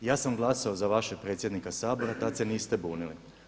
Ja sam glasovao za vašeg predsjednika Sabora, tad se niste bunili.